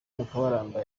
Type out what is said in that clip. mukabaranga